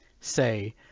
say